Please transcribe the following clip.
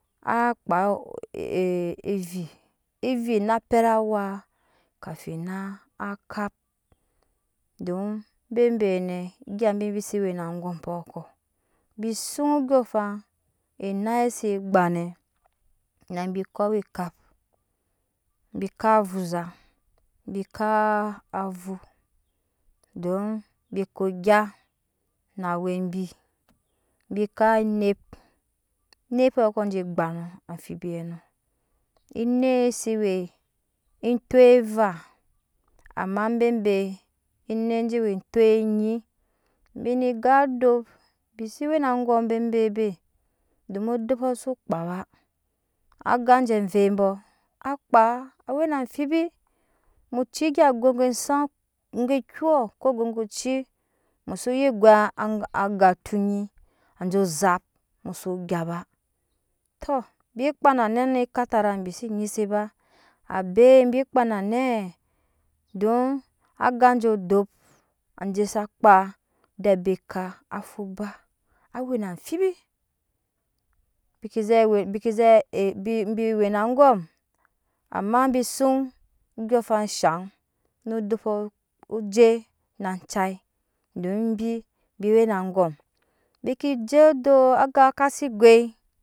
Akpa e evi evi na pɛt awana kap don bebe nɛ egya bi se wena angompɔ kɔ bi zun ondyɔɔŋafan enai se gbane bi ko awa ekapbi kap ovuza bi kap avu don bike gya na awe bibikep enep enepɔkɔ be gbanɔ enep se we etok vaa ama bebe enep je we eok vaa ama bebe enep je we etok nyi bi ga edap bi se we na angom bebebe odoposu kpa ba agya je abuwei aka awe na amfibi mu cu egya go ge soŋ gogo kyo ko gogo cii mu sunyi gai aga tonyi ajo zap mu so gya ba to bi kpa na nɛ ne ekatarai bise nyi se abai bi kpa na nɛ don aga jo odop je sa hpaede abai ka afuba awe na amfibi bike zɛ we bike zɛ bi we na angomamma bi sun ondyɔɔŋafan shaŋ odopɔ oje na jai don bi bi we na angok bike je odop aga ka se goi